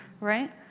right